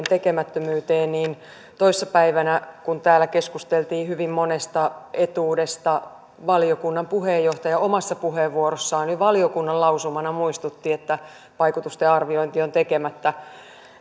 tekemättömyyteen niin toissa päivänä kun täällä keskusteltiin hyvin monesta etuudesta valiokunnan puheenjohtaja omassa puheenvuorossaan jo valiokunnan lausumana muistutti että vaikutusten arviointi on tekemättä